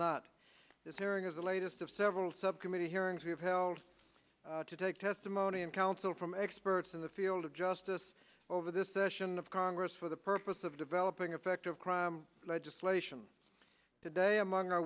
not the latest of several subcommittee hearings we have held to take testimony in counsel from experts in the field of justice over this session of congress for the purpose of developing effective crime legislation today among our